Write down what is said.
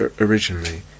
originally